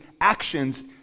actions